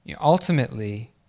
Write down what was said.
ultimately